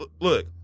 look